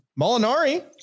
Molinari